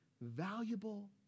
valuable